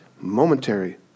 momentary